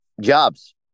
jobs